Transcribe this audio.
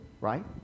right